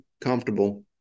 comfortable